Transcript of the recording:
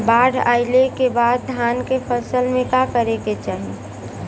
बाढ़ आइले के बाद धान के फसल में का करे के चाही?